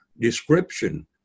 description